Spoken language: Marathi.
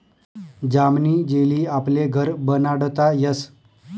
जामनी जेली आपले घर बनाडता यस